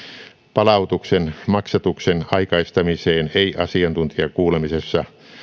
palautuksen maksatuksen aikaistamiseen ei asiantuntijakuulemisessa